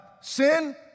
Sin